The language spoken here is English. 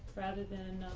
rather than